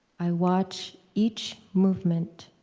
i watch each movement,